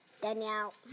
Danielle